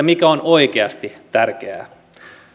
mikä on oikeasti tärkeää